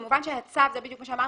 כמובן הצו הוא זה שגובר,